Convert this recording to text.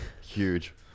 Huge